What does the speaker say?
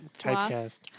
Typecast